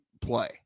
play